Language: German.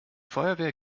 feuerwehr